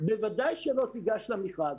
בוודאי שלא תיגש למכרז.